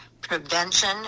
prevention